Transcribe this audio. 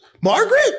Margaret